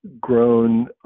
grown